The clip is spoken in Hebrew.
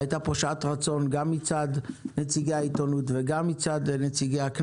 הייתה פה שעת רצון גם מצד נציגי העיתונות